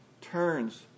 turns